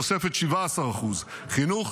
תוספת 17%; חינוך,